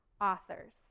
authors